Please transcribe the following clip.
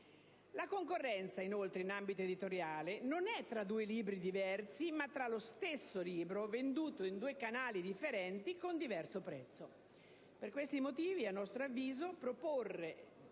la concorrenza in ambito editoriale non è tra due libri diversi, ma tra lo stesso libro venduto in due canali differenti con diverso prezzo. Per questi motivi, a nostro avviso, proporre